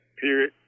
period